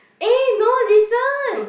eh no listen